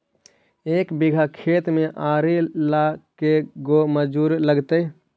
एक बिघा खेत में आरि ल के गो मजुर लगतै?